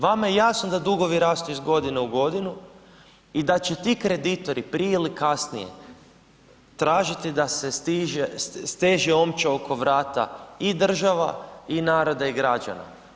Vama je jasno da dugovi rastu iz godine u godinu i da će ti kreditori prije ili kasnije, tražiti da se steže omča oko vrata i država i naroda i građana.